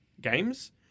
games